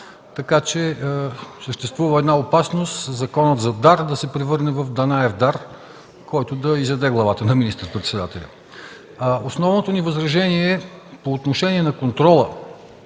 Така че съществува една опасност Законът за Държавна агенция „Разузнаване” да се превърне в данаев дар, който да изяде главата на министър-председателя. Основното ни възражение е по отношение на контрола